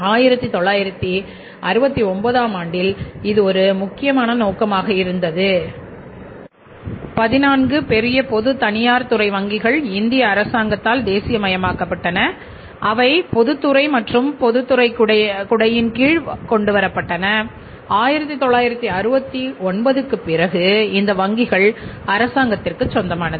1969 ஆம் ஆண்டில் இது ஒரு முக்கியமான நோக்கமாக இருந்தது 14 பெரிய பொது தனியார் துறை வங்கிகள் இந்திய அரசாங்கத்தால் தேசியமயமாக்கப்பட்டன அவை பொதுத்துறை மற்றும் பொதுத்துறை குடையின் கீழ் கொண்டுவரப்பட்டன 1969க்குப் பிறகு இந்த வங்கிகள் அரசங்கத்திற்கு சொந்தமானது